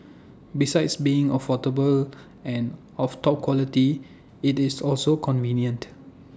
besides being affordable and of top quality IT is also convenient